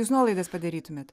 jūs nuolaidas padarytumėt